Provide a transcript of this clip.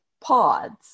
pods